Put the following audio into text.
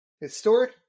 historic